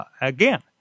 again